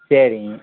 சரிங்க